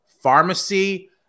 pharmacy